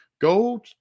Go